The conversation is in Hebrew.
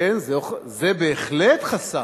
זה בהחלט חסם,